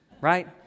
Right